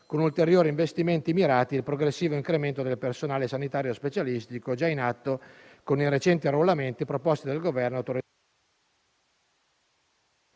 con ulteriori investimenti mirati al progressivo incremento del personale sanitario specialistico già in atto con i recenti annullamenti proposti dal Governo.